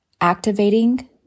activating